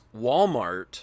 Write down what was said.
Walmart